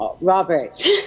Robert